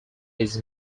his